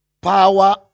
Power